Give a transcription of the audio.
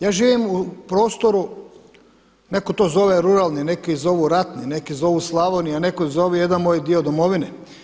Ja živim u prostoru, netko to zove ruralni, neki zovu ratni, neki zovu Slavonija, neko zove jedan moj dio domovine.